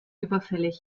überfällig